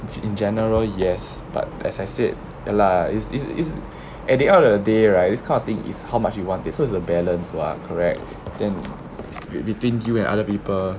in general yes but as I said ya lah is is is at the other of the day right it's kind of thing is how much you want it so it's a balance lah correct then between you and other people